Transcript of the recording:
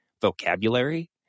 vocabulary